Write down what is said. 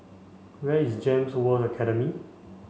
where is GEMS World Academy